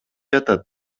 жатат